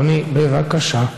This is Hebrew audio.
אדוני, בבקשה.